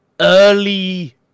early